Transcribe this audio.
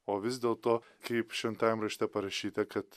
o vis dėlto kaip šventajam rašte parašyta kad